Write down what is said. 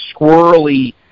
squirrely